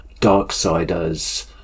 Darksiders